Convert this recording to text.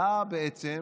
אתה בעצם,